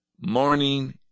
morning